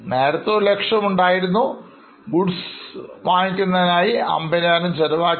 നേരത്തെ 100000 ആയിരുന്നത് Goods വാങ്ങുന്നതിനായി 50000 ചെലവാക്കി